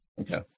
Okay